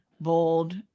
bold